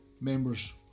members